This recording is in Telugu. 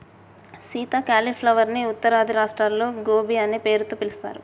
సీత క్యాలీఫ్లవర్ ని ఉత్తరాది రాష్ట్రాల్లో గోబీ అనే పేరుతో పిలుస్తారు